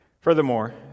Furthermore